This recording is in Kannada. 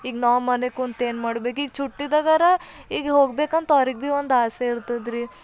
ಈಗ ನಾವು ಮನೆಗೆ ಕುಂತು ಏನು ಮಾಡ್ಬೇಕು ಈಗ ಚುಟ್ಟಿದಾಗಾರ ಈಗ ಹೋಗಬೇಕಂತ ಅವ್ರಿಗೆ ಭೀ ಒಂದು ಆಸೆ ಇರ್ತದ್ರಿ